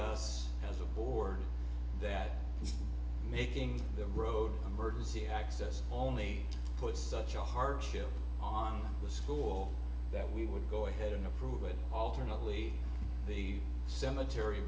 us as a board that making the road emergency access only puts such a hardship on the school that we would go ahead and approve it alternately the cemetery